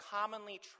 commonly